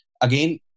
again